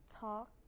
talk